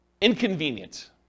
inconvenient